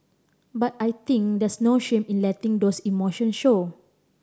but I think there's no shame in letting those emotions show